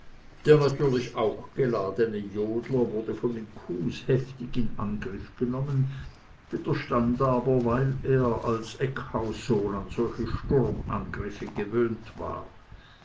der natürlich auch geladene jodler wurde von den kuhs heftig in angriff genommen widerstand aber weil er als eckhaussohn an solche sturmangriffe gewöhnt war